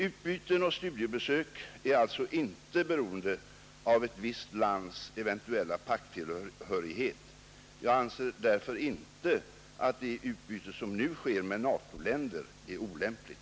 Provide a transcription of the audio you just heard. Utbyten och studiebesök är alltså inte beroende av ett visst lands eventuella pakttillhörighet. Jag anser därför inte att det utbyte som nu sker med NATO-länder är olämpligt.